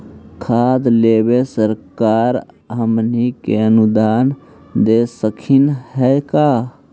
खाद लेबे सरकार हमनी के अनुदान दे सकखिन हे का?